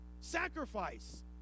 Sacrifice